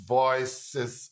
voices